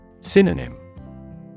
Synonym